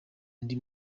ndi